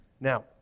Now